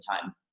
time